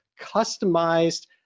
customized